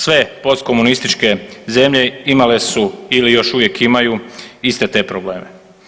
Sve postkomunističke zemlje imale su ili još uvijek imaju iste te probleme.